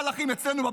הנסיגות שהבאתם עלינו.